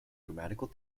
grammatical